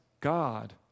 God